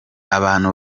abantu